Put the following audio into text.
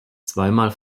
zweimal